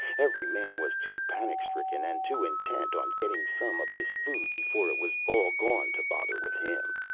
every man was too panic-stricken, and too intent on getting some of this food before it was all gone to bother with him.